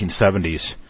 1970s